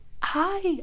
hi